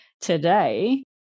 today